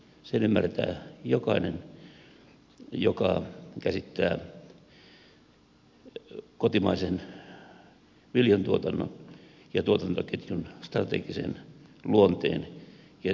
sen ymmärtää jokainen joka käsittää kotimaisen viljantuotannon ja tuotantoketjun strategisen luonteen ja työllisyysmerkityksen